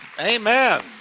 Amen